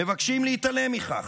מבקשים להתעלם מכך,